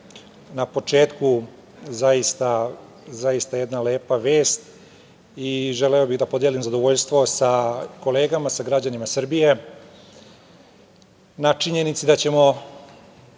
na početku, zaista jedna lepa vest i želeo bih da podelim zadovoljstvo sa kolegama, sa građanima Srbije, na činjenici da ćemo